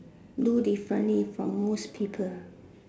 do different from most people